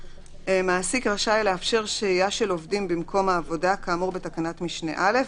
מעסיק רשאי לאפשר שהייה של עובדים במקום העבודה כאמור בתקנת משנה (א),